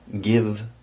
give